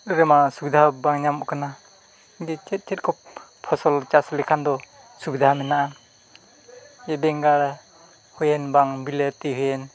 ᱨᱮᱢᱟ ᱥᱩᱵᱤᱫᱷᱟ ᱵᱟᱝ ᱧᱟᱢᱚᱜ ᱠᱟᱱᱟ ᱡᱮ ᱪᱮᱫ ᱪᱮᱫ ᱠᱚ ᱯᱷᱚᱥᱚᱞ ᱪᱟᱥ ᱞᱮᱠᱷᱟᱱ ᱫᱚ ᱥᱩᱵᱤᱫᱷᱟ ᱢᱮᱱᱟᱜᱼᱟ ᱡᱮ ᱵᱮᱸᱜᱟᱲ ᱦᱩᱭᱮᱱ ᱵᱟᱝ ᱵᱤᱞᱟᱹᱛᱤ ᱦᱩᱭᱮᱱ